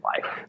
life